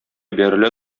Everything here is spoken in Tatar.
бәрелә